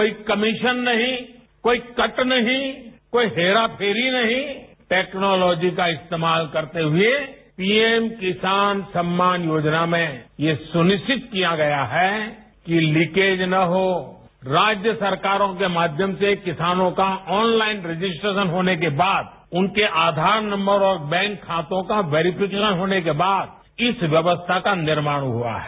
कोई कमीशन नहीं कोई कट नहीं कोई हेराफेरी नहीं टेक्नोलॉजी का इस्तेमाल करते हुए पीएम किसान सम्मान योजना में यह सुनिश्चित किया गया है कि लीकेज ना हो राज्य सरकारों के माध्यम से किसानों का ऑनलाइन रजिस्ट्रेशन होने के बाद उनके आयार नंबर और बैंक खातों का वेरीफिकेशन होने के बाद इस व्यवस्था का निर्माण हुआ है